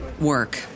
work